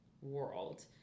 world